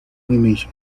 animation